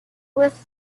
with